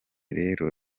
rero